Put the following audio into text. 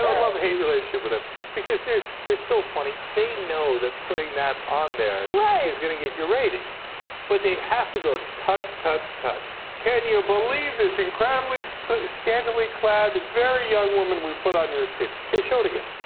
love hate relationship with him because there's there so funny they know that putting that on their right is gonna get your ratings but they have to go to tut tut tut can you believe this in cram least scantily clad very young woman we put on your screen here showed again